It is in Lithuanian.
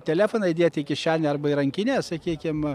telefoną įdėt į kišenę arba į rankinę sakykim